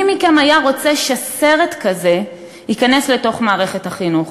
מי מכם היה רוצה שסרט כזה ייכנס לתוך מערכת החינוך?